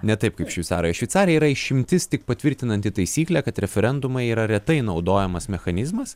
ne taip kaip šveicarai šveicarija yra išimtis tik patvirtinanti taisyklę kad referendumai yra retai naudojamas mechanizmas